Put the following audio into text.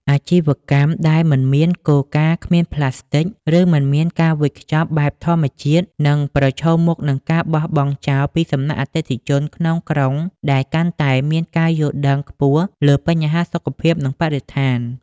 អាជីវកម្មដែលមិនមានគោលការណ៍ "គ្មានប្លាស្ទិក" ឬមិនមានការវេចខ្ចប់បែបធម្មជាតិនឹងប្រឈមមុខនឹងការបោះបង់ចោលពីសំណាក់អតិថិជនក្នុងក្រុង ដែលកាន់តែមានការយល់ដឹងខ្ពស់លើបញ្ហាសុខភាព និងបរិស្ថាន។